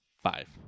Five